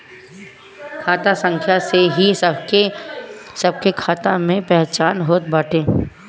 खाता संख्या से ही सबके खाता के पहचान होत बाटे